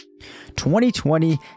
2020